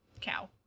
cow